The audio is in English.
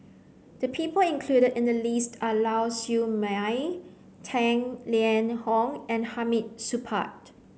the people included in the list are Lau Siew Mei Tang Liang Hong and Hamid Supaat